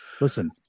Listen